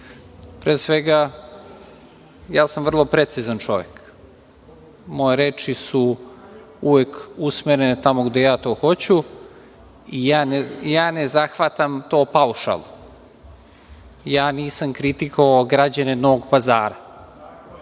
pre svega, ja sam vrlo precizan čovek. Moje reči su uvek usmerene tamo gde ja to hoću i ja ne zahvatam to paušalno. Ja nisam kritikovao građane Novog Pazara,